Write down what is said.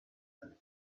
and